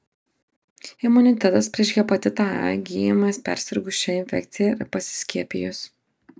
imunitetas prieš hepatitą a įgyjamas persirgus šia infekcija ar pasiskiepijus